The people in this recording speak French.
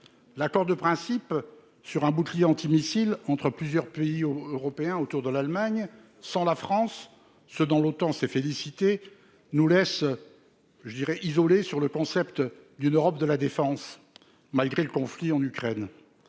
l'accord de principe sur un bouclier antimissile entre plusieurs pays aux Européens autour de l'Allemagne sans la France se dans l'OTAN s'est félicité nous laisse, je dirais, isolé sur le concept d'une Europe de la défense, malgré le conflit en Ukraine